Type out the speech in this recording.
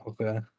Okay